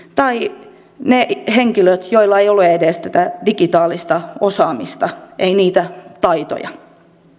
tai ne henkilöt joilla ei ole edes tätä digitaalista osaamista ei niitä taitoja